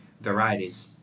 varieties